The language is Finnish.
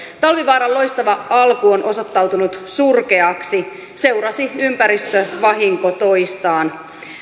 talvivaaran loistava alku on osoittautunut surkeaksi seurasi ympäristövahinko toistaan